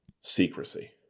secrecy